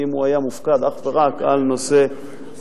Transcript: כי אם הוא היה מופקד אך ורק על נושא הלימודים,